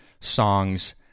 songs